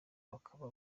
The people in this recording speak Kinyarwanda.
bakaba